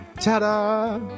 Ta-da